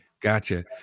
Gotcha